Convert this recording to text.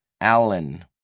Allen